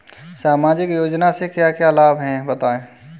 सामाजिक योजना से क्या क्या लाभ हैं बताएँ?